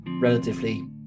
relatively